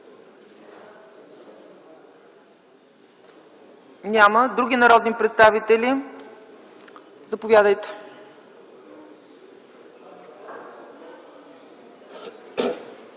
желаещи. Други народни представители? Заповядайте